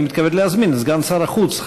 אני מתכבד להזמין את סגן שר החוץ,